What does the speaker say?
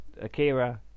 Akira